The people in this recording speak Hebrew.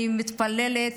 אני מתפללת,